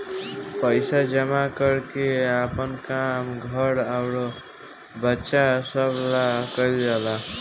पइसा जमा कर के आपन काम, घर अउर बच्चा सभ ला कइल जाला